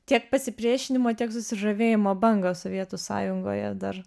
tiek pasipriešinimo tiek susižavėjimo bangą sovietų sąjungoje dar